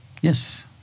Yes